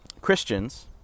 Christians